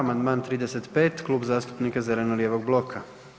Amandman 35 Klub zastupnika zeleno-lijevog bloka.